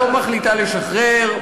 הממשלה לא מחליטה לשחרר.